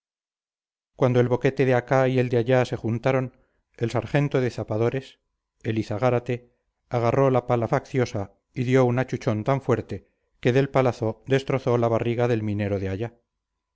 cuando el boquete de acá y el de allá se juntaron el sargento de zapadores elizagárate agarró la pala facciosa y dio un achuchón tan fuerte que del palazo destrozó la barriga del minero de allá